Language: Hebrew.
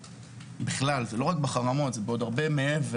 ולא רק בחרמות אלא בכלל,